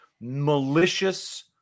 malicious